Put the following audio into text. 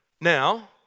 Now